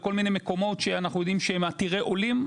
בכל מיני מקומות שאנחנו יודעים שהם עתירי עולים.